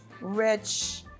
rich